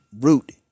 root